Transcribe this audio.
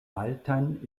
altajn